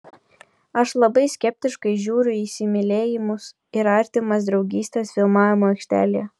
aš labai skeptiškai žiūriu į įsimylėjimus ir artimas draugystes filmavimo aikštelėje